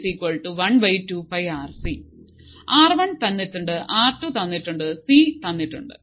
fc 1 2 πRC R one തന്നിട്ടുണ്ട് R two തന്നിട്ടുണ്ട് C തന്നിട്ടുണ്ട്